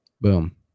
boom